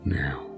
now